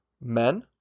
Men